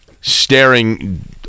staring